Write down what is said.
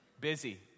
Busy